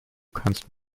kannst